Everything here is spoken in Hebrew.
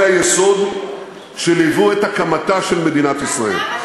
היסוד שליוו את הקמתה של מדינת ישראל.